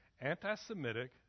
anti-Semitic